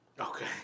Okay